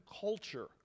culture